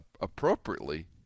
appropriately